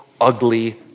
ugly